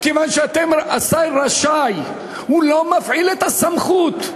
כיוון שהשר רשאי, הוא לא מפעיל את הסמכות,